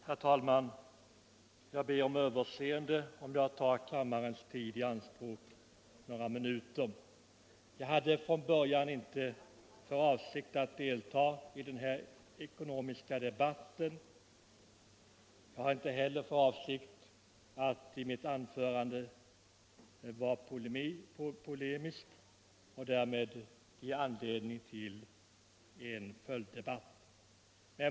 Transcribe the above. Herr talman! Jag ber om överseende med att jag nu tar kammarens tid i anspråk några minuter. Min avsikt var från början inte att delta i den ekonomiska debatten, och inte heller skall jag i detta anförande polemisera mot någon och därmed ge anledning till en följddebatt.